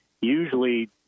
usually